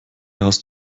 hast